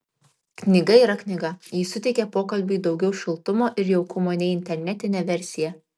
knyga yra knyga ji suteikia pokalbiui daugiau šiltumo ir jaukumo nei internetinė versija